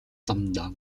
замдаа